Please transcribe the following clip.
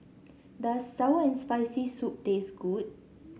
does sour and Spicy Soup taste good